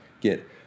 get